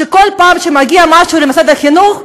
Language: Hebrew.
וכל פעם שמגיע משהו של משרד החינוך,